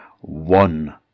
one